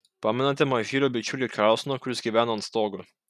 pamenate mažylio bičiulį karlsoną kuris gyveno ant stogo